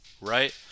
right